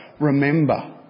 remember